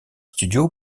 studio